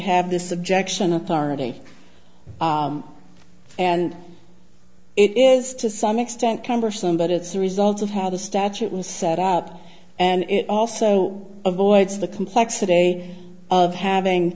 have this objection authority and it is to some extent cumbersome but it's a result of how the statute was set up and it also avoids the complexity of having